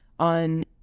on